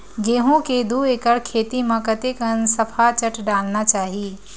गेहूं के दू एकड़ खेती म कतेकन सफाचट डालना चाहि?